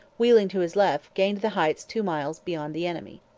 wheeling to his left, gained the heights two miles beyond the enemy.